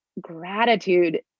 gratitude